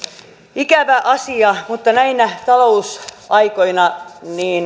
ikävä asia mutta näinä talousaikoina